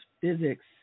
physics